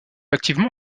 activement